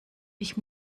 ich